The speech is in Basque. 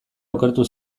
okertu